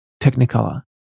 technicolor